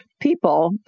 people